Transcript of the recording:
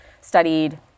studied